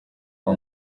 kwa